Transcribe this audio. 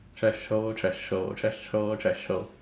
threshold threshold threshold threshold